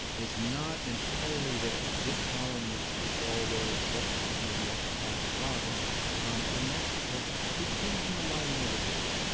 is not entirely there. this column is is all there except maybe at the top or bottom um and that's because it came from the lining of a book.